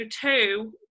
two